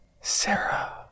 Sarah